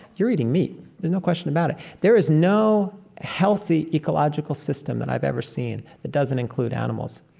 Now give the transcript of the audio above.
you're eating meat. there's no question about it. there is no healthy ecological system that i've ever seen that doesn't include animals.